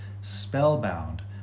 spellbound